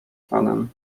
panem